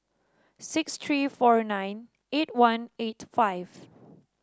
six three four nine eight one eight five